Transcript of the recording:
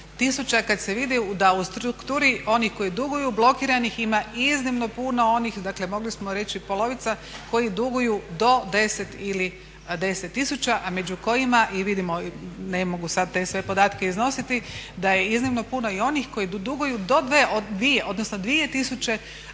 tisuća kada se vidi da u strukturi onih koji duguju blokiranih ima iznimno puno onih, dakle mogli smo reći polovica koji duguju do 10 ili 10 tisuća a među kojima i vidimo ne mogu sada te sve podatke iznositi da je iznimno puno i onih koji duguju do 2000, odnosno 2000